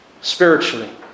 spiritually